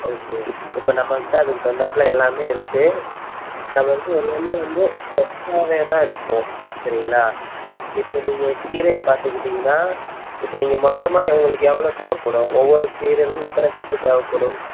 okay இப்போ நம்மகிட்ட அதுக்கு தகுந்தாப்புல எல்லாமே இருக்குது நம்மகிட்ட எல்லாமே வந்து ஃப்ரெஷ்ஷாகவே தான் இருக்கும் சரிங்களா இப்போ நீங்கள் கீரையை பார்த்துக்கிட்டீங்கன்னா இப்போ நீங்க ள் மொத்தமாக உங்களுக்கு எவ்வளோ தேவைப்படும் ஒவ்வொரு கீரையிலையும் எத்தனை கட்டு தேவைப்படும்